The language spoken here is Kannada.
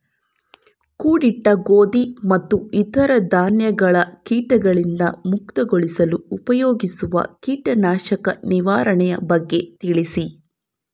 ಕೂಡಿಟ್ಟ ಗೋಧಿ ಮತ್ತು ಇತರ ಧಾನ್ಯಗಳ ಕೇಟಗಳಿಂದ ಮುಕ್ತಿಗೊಳಿಸಲು ಉಪಯೋಗಿಸುವ ಕೇಟನಾಶಕದ ನಿರ್ವಹಣೆಯ ಬಗ್ಗೆ ತಿಳಿಸಿ?